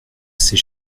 ces